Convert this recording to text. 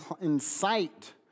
incite